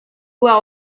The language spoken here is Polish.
była